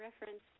reference